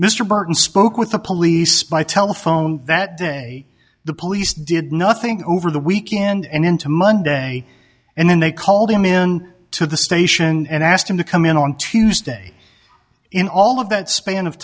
mr burton spoke with the police by telephone that day the police did nothing over the weekend and into monday and then they called him in to the station and asked him to come in on tuesday in all of that span of